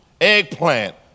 eggplant